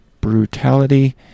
brutality